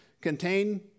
contain